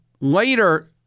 later